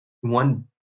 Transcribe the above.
one